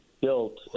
built